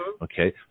Okay